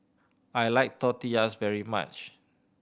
I like Tortillas very much